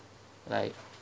like